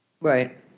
Right